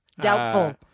Doubtful